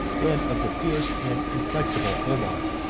and of the fierce and inflexible omar,